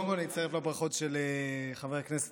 קודם כול אני מצטרף לברכות של חבר הכנסת